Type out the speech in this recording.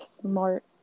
smart